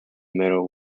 middle